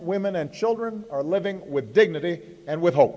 women and children are living with dignity and with h